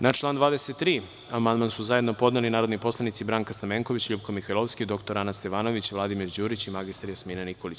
Na član 23. amandman su zajedno podneli su narodni poslanici Branka Stamenković, LJupka Mihajloviski, dr Ana Stevanović, Vladimir Đurić i mr Jasmina Nikolić.